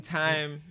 time